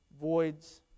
voids